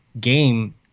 game